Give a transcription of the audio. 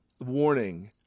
warning